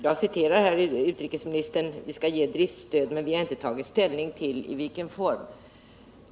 Utrikesministern sade: Vi är positiva till tanken att ge driftstöd, men vi har inte tagit ställning till i vilken form detta skall ske.